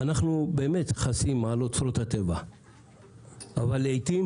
אנחנו באמת חסים על אוצרות הטבע אבל לעיתים